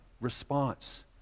response